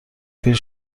پیر